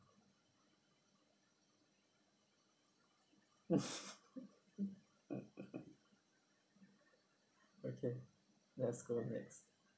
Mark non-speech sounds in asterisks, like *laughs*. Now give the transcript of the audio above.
*laughs* okay let's go next